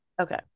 Okay